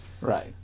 Right